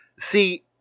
See